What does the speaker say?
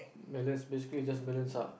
balance basically just balance ah